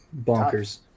bonkers